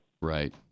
Right